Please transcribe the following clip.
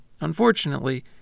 Unfortunately